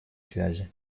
связи